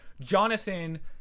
Jonathan